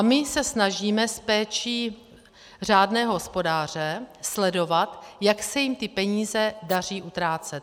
My se snažíme s péčí řádného hospodáře sledovat, jak se jim ty peníze daří utrácet.